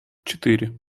четыре